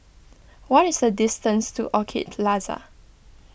what is the distance to Orchid Plaza